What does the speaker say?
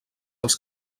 als